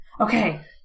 Okay